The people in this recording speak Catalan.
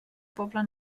poble